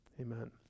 amen